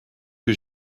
que